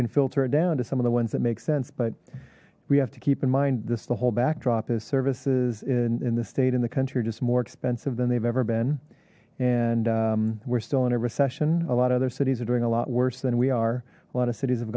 can filter it down to some of the ones that make sense but we have to keep in mind this the whole backdrop is services in the state and the country are just more expensive than they've ever been and we're still in a recession a lot of other cities are doing a lot worse than we are a lot of cities have